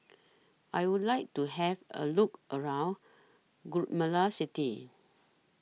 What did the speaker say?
I Would like to Have A Look around Guatemala City